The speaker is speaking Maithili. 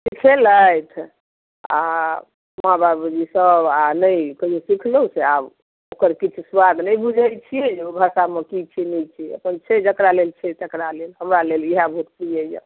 सिखेलथि आ माँ बाबूजी सब आ नहि कहियो सिखहुॅं से आब ओकर किछु स्वाद नहि बुझै छी जे ओ भाषा मे की छै नहि छै अपन छै जकरा लेल छै तकरा लेल हमरा लेल इएह बहुत प्रिय यऽ